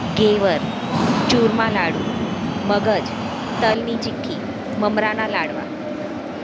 ઘેવર ચુરમા લાડુ મગજ તલની ચિક્કી મમરાનાં લાડવા